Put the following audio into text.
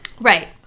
Right